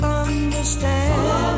understand